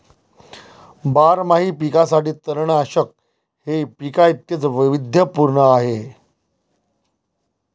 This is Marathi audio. बारमाही पिकांसाठी तणनाशक हे पिकांइतकेच वैविध्यपूर्ण आहे